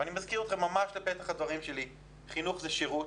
אני מחזיר אתכם ממש לפתח הדברים שלי: חינוך זה שירות